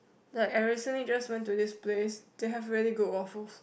like I recently just went to this place to have really good waffles